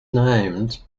named